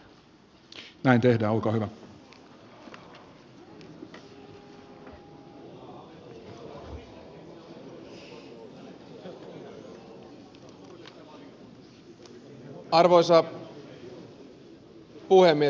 arvoisa puhemies